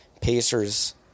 pacers